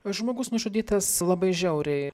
žmogus nužudytas labai žiauriai